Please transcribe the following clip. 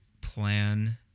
plan